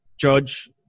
judge